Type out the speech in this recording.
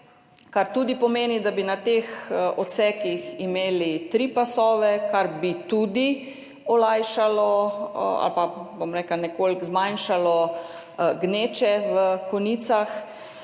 kar tudi pomeni, da bi na teh odsekih imeli tri pasove, kar bi tudi olajšalo ali pa nekoliko zmanjšalo gneče v konicah.